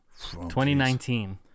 2019